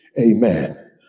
Amen